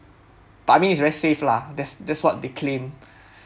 but I mean is very safe lah that's that's what they claim